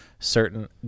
certain